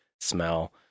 smell